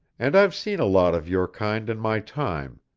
and i've seen a lot of your kind in my time.